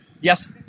yes